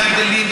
וההבדלים,